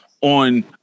on